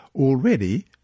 already